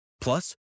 plus